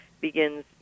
begins